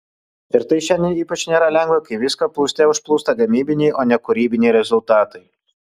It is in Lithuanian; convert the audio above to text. ir tai šiandien ypač nėra lengva kai viską plūste užplūsta gamybiniai o ne kūrybiniai rezultatai